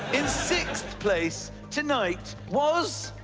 in sixth place tonight was.